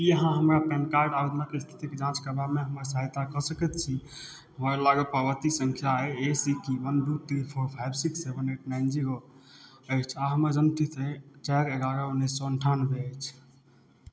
की अहाँ हमरा PAN card आवेदनक स्थितिक जाँच करबामे हमर सहायता कऽ सकैत छी हमरा लग पावती संख्या अछि ए सी के वन दू three four five six seven eight nine zero अछि आ हमर जन्म तिथि अछि चारि एगारह उन्नैस सए अन्ठान्बे अछि